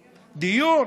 דיור?